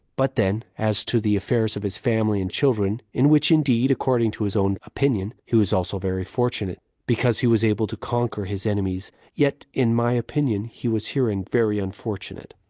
but then, as to the affairs of his family and children, in which indeed, according to his own opinion, he was also very fortunate, because he was able to conquer his enemies, yet, in my opinion, he was herein very unfortunate.